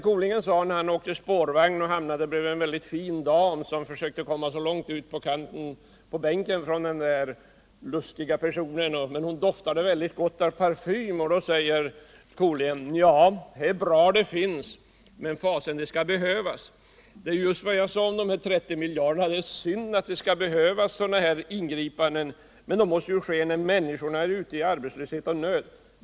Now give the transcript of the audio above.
Kolingen åkte en gång spårvagn och hamnade bredvid en mycket fin dam, som försökte komma så långt ut på kanten som möjligt av bänken från denna lustiga person. Hon doftade väldigt gott av parfym, och då sade Kolingen: Ja, det är bra att det finns, men fasen att det skall behövas. Det är just vad jag sade om de 30 miljarderna. Det är synd att det skall behövas sådana ingripanden, men de måste ju ske när människorna lider av arbetslöshet.